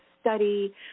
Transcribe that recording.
study